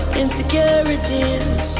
insecurities